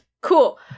Cool